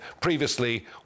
previously